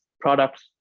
products